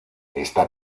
está